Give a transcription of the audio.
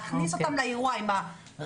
זה פשוט מזעזע להכניס אותן לאירוע עם הרעש